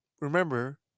remember